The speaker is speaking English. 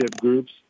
groups